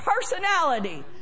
personality